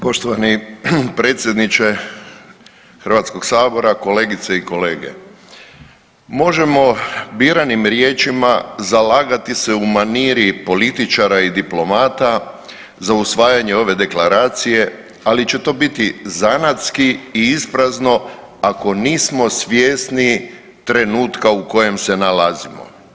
Poštovani predsjedniče Hrvatskog sabora, kolegice i kolege, možemo biranim riječima zalagati se u maniri političara i diplomata za usvajanje ove deklaracije ali će to biti zanatski i isprazno ako nismo svjesni trenutka u kojem se nalazimo.